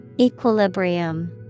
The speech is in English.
Equilibrium